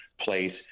place